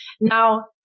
Now